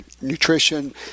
nutrition